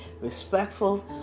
respectful